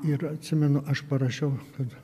ir atsimenu aš parašiau kad